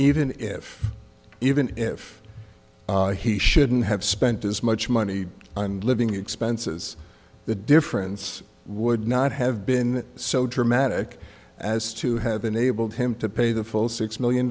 even if even if he shouldn't have spent as much money and living expenses the difference would not have been so dramatic as to have enabled him to pay the full six million